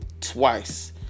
twice